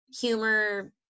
humor